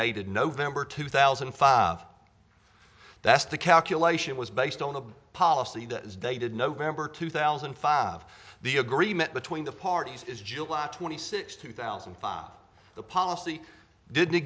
dated november two thousand and five that's the calculation was based on a policy that is dated november two thousand and five the agreement between the parties is july twenty sixth two thousand and five the policy didn't